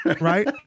right